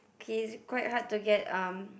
okay it's quite hard to get um